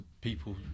people